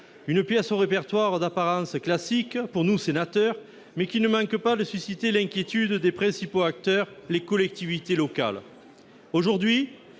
Une pièce au répertoire d'apparence classique pour nous, sénateurs, mais qui ne manque pas de susciter l'inquiétude des principaux acteurs : les collectivités locales. Aujourd'hui,